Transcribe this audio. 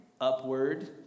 upward